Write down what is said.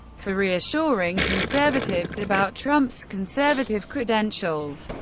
for reassuring conservatives about trump's conservative credentials,